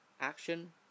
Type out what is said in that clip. action